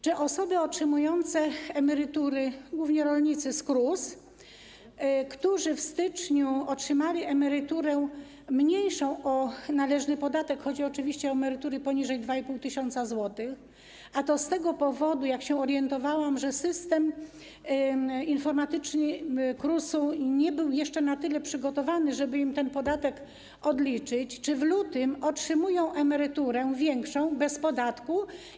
Czy osoby otrzymujące emerytury, głównie rolnicy, z KRUS, które w styczniu otrzymały emeryturę mniejszą o należny podatek - chodzi oczywiście o emerytury poniżej 2,5 tys. zł - a to z tego powodu, jak się orientowałam, że system informatyczny KRUS nie był jeszcze na tyle przygotowany, żeby im ten podatek odliczyć, w lutym otrzymują emeryturę większą, bez podatku?